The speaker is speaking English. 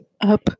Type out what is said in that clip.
up